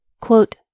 Quote